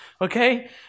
okay